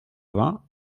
vingts